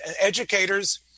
educators